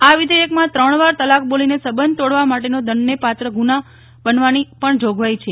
આ વિધેયકમાં ત્રણવાર તલાક બોલીને સંબંધ તોડવા માટેનો દંડને પાત્ર ગુનો બનવાની પણ જોગવાઇ છે